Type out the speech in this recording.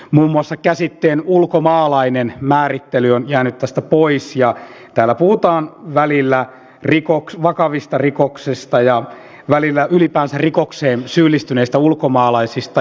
muun muassa käsitteen ulkomaalainen määrittely on jäänyt tästä pois ja täällä puhutaan välillä vakavista rikoksista ja välillä ylipäänsä rikokseen syyllistyneistä ulkomaalaisista